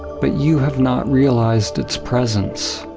but you have not realized its presence.